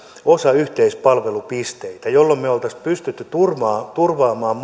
osa yhteispalvelupisteitä jolloin me olisimme pystyneet turvaamaan